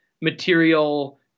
material